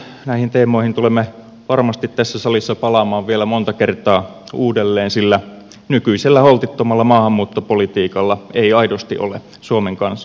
näihin teemoihin tulemme varmasti tässä salissa palaamaan vielä monta kertaa uudelleen sillä nykyisellä holtittomalla maahanmuuttopolitiikalla ei aidosti ole suomen kansan hyväksyntää